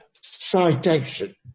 citation